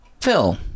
Phil